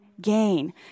gain